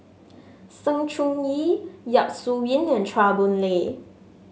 Sng Choon Yee Yap Su Yin and Chua Boon Lay